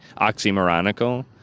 oxymoronical